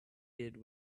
did